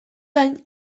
gain